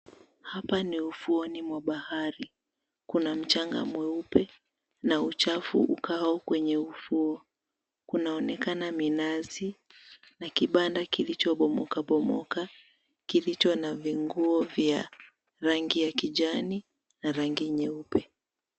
Hapa ni ufuoni mwa bahari. Kuna mchanga mweupe na uchafu ukawa kwenye ufuo. Kunaonekana minazi na kibanda kilichobomokabomoka, kilicho na vinguo vya rangi ya kijani na rangi nyeupe.